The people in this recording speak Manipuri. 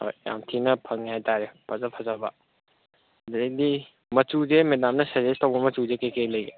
ꯍꯣꯏ ꯌꯥꯝ ꯊꯤꯅ ꯐꯪꯏ ꯍꯥꯏꯇꯔꯦ ꯐꯖ ꯐꯖꯕ ꯑꯗꯩꯗꯤ ꯃꯆꯨꯁꯦ ꯃꯦꯗꯥꯝꯅ ꯁꯖꯦꯁ ꯇꯧꯕ ꯃꯆꯨ ꯀꯔꯤ ꯀꯔꯤ ꯂꯩꯒꯦ